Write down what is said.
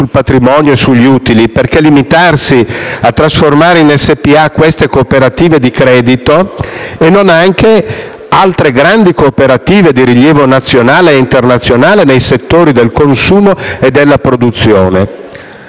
sul patrimonio e sugli utili, perché limitarsi a trasformare in società per azioni le cooperative di credito e non anche altre grandi cooperative di rilievo nazionale e internazionale nei settori del consumo e della produzione?